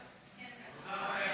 את לא רוצה,